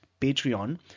Patreon